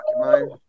mind